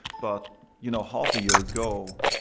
but you know half a year ago,